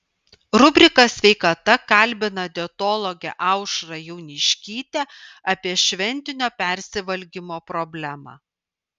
rubrika sveikata kalbina dietologę aušrą jauniškytę apie šventinio persivalgymo problemą